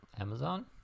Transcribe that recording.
Amazon